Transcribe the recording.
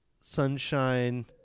sunshine